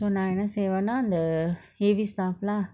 so நான் என்ன செய்வனா அந்த:naan enna seyvana andtha the heavy stuff lah